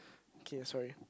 okay sorry